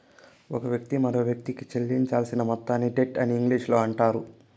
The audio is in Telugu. ఒక వ్యక్తి మరొకవ్యక్తికి చెల్లించాల్సిన మొత్తాన్ని డెట్ అని ఇంగ్లీషులో అంటారు